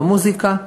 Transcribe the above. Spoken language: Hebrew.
במוזיקה,